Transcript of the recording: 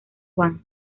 juan